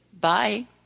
Bye